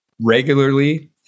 regularly